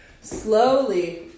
Slowly